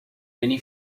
many